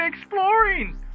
exploring